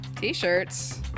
t-shirts